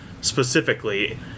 specifically